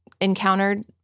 encountered